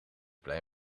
blij